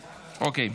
אוקיי.